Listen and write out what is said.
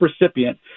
recipient